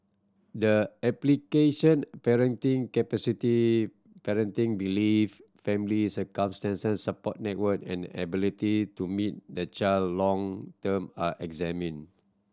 the application parenting capacity parenting belief family circumstances support network and ability to meet the child long term are examined